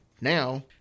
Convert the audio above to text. now